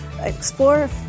explore